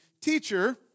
Teacher